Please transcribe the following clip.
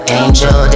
angel